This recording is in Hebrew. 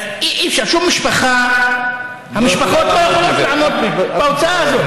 אי-אפשר, המשפחות לא יכולות לעמוד בהוצאה הזאת.